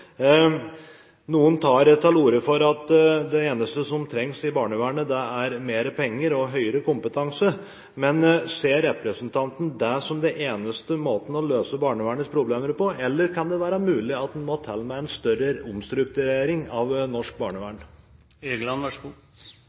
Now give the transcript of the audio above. Noen tar til orde for at det eneste som trengs i barnevernet, er mer penger og høyere kompetanse. Ser representanten det som den eneste måten å løse barnevernets problemer på, eller kan det være mulig at en må til med en større omstrukturering av norsk